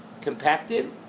compacted